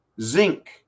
zinc